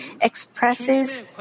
expresses